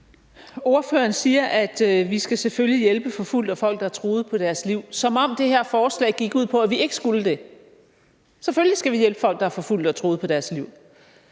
Ordføreren siger, at vi selvfølgelig skal hjælpe forfulgte og folk, der er truet på deres liv – som om det her forslag gik ud på, at vi ikke skulle det. Selvfølgelig skal vi hjælpe folk, der er forfulgt og truet på deres liv,